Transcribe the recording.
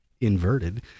inverted